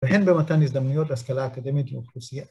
‫והן במתן הזדמנויות ‫להשכלה האקדמית לאוכלוסייה.